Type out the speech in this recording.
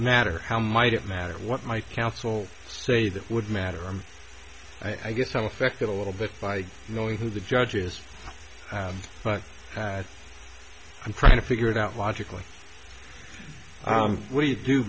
matter how might it matter what my counsel say that would matter i am i guess i'm affected a little bit by knowing who the judge is but i'm trying to figure it out logically what do you do